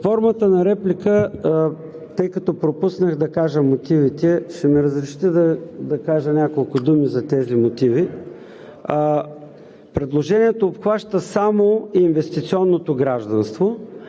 Под формата на реплика, тъй като пропуснах да кажа мотивите, ще ми разрешите да кажа няколко думи за тях. Предложението обхваща само инвестиционното гражданство